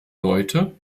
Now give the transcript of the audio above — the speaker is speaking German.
leute